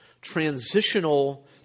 transitional